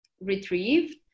retrieved